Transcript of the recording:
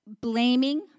blaming